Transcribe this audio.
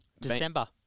December